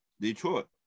Detroit